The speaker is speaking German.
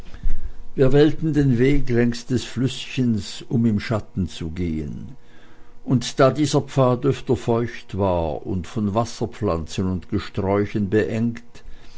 wir wählten den weg längs des flüßchens um im schatten zu gehen und da dieser pfad öfter feucht war und von wasserpflanzen und gesträuchen beengt